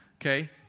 Okay